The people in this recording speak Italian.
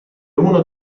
uno